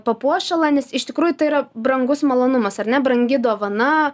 papuošalą nes iš tikrųjų tai yra brangus malonumas ar ne brangi dovana